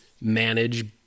manage